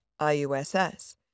IUSS